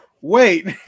Wait